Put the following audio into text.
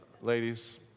ladies